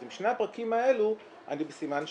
אז עם שני הפרקים האלו אני בסימן שאלה.